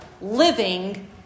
living